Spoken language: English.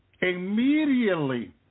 Immediately